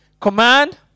Command